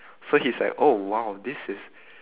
so he's like oh !wow! this is